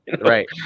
Right